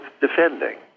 defending